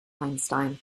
einstein